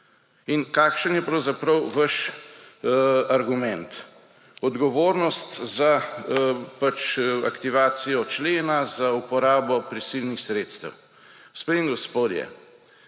Kakšen je pravzaprav vaš argument? Odgovornost za aktivacijo člena, z uporabo prisilnih sredstev. Gospe in gospodje,